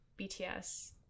bts